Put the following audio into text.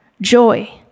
joy